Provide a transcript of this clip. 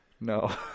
No